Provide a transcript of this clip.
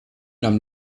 nahm